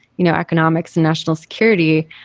you know, economics and national security.